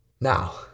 Now